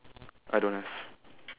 I don't have